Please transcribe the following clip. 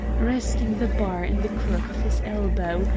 resting the bar in the crook of his elbow,